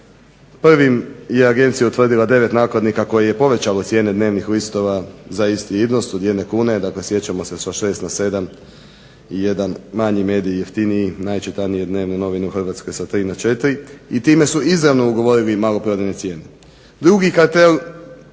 prvim je agencija utvrdila 9 nakladnika koji je povećale cijene dnevnih listova za isti iznos od jedne kune, sjećamo se sa 6 na 7 i jedan manji mediji najjeftiniji, najčitanije dnevne novine u Hrvatskoj sa 3 na 4 i time su izravno ugovorili maloprodajne cijene. Drugi kartela